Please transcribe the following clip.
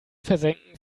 versenken